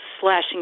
slashing